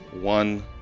one